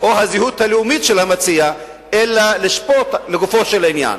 או הזהות הלאומית של המציע אלא לשפוט לגופו של עניין.